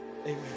amen